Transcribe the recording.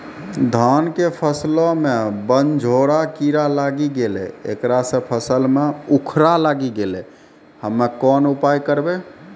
धान के फसलो मे बनझोरा कीड़ा लागी गैलै ऐकरा से फसल मे उखरा लागी गैलै हम्मे कोन उपाय करबै?